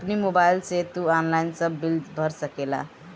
अपनी मोबाइल से तू ऑनलाइन सब बिल भर सकेला